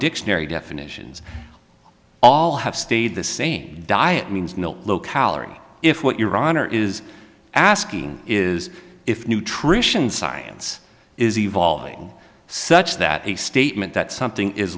dictionary definitions all have stayed the same diet means no low calorie if what your honor is asking is if nutrition science is evolving such that the statement that something is